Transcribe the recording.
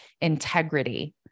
integrity